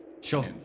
Sure